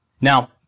Now